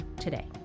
today